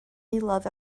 aelod